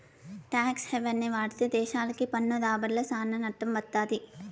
talks హెవెన్ని వాడితే దేశాలకి పన్ను రాబడ్ల సానా నట్టం వత్తది